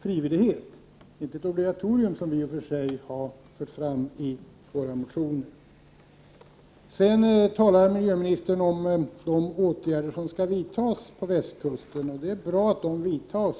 frivillighet, inte om ett obligatorium, som vi i och för sig har fört fram i våra motioner. Sedan talar miljöministern om de åtgärder som måste vidtas på västkusten. Det är bra att de vidtas.